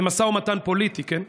זה משא ומתן פוליטי, כן?